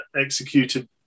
executed